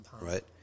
Right